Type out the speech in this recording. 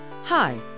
hi